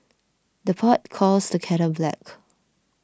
the pot calls the kettle black